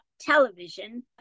television